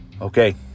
okay